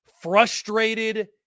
frustrated